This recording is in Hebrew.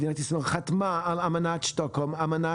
מדינת ישראל חתמה על אמנת שטוקהולם אמנה